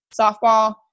softball